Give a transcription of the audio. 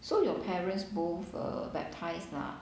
so your parents both err baptised lah